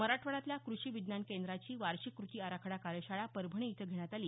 मराठवाड्यातल्या कृषी विज्ञान केंद्राची वार्षिक कृती आराखडा कार्यशाळा परभणी इथं घेण्यात आली